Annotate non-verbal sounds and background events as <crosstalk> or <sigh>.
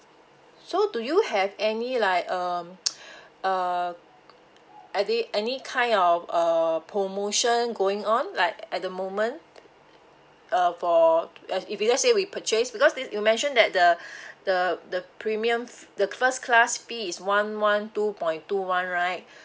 so do you have any like um <noise> uh any any kind of uh promotion going on like at the moment uh for if if let say we purchase because this you mentioned that the <breath> the the premium the first class fee is one one two point two one right <breath>